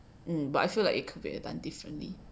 um but I feel like activate very differently